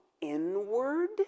inward